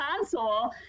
Console